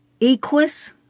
equus